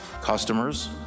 customers